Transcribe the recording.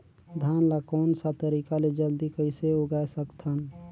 धान ला कोन सा तरीका ले जल्दी कइसे उगाय सकथन?